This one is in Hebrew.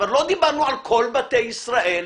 כבר לא דיברנו על כל בתי ישראל.